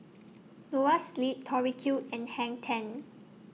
Noa Sleep Tori Q and Hang ten